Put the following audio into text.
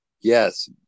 yes